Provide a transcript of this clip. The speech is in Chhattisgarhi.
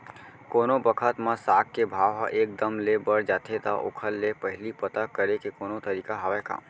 कोनो बखत म साग के भाव ह एक दम ले बढ़ जाथे त ओखर ले पहिली पता करे के कोनो तरीका हवय का?